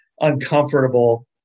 uncomfortable